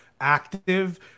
active